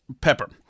Pepper